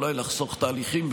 אולי לחסוך תהליכים,